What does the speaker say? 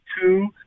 Two